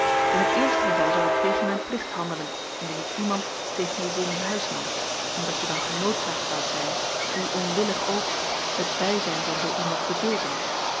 in het eerste geval zou ik tegen mijn plicht handelen indien ik iemand tegen je zin in huis nam omdat je dan genoodzaakt zoudt zijn hoe onwillig ook het bijzijn van zoo iemand te dulden